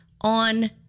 on